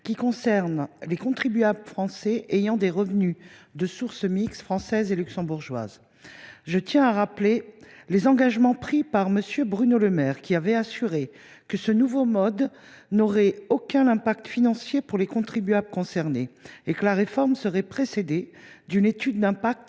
Il concerne les contribuables français ayant des revenus de source mixte, française et luxembourgeoise. Je tiens à rappeler les engagements pris par M. Bruno Le Maire : il avait assuré que ce nouveau mode n’aurait aucune conséquence financière pour les contribuables concernés et que cette réforme serait précédée d’une étude d’impact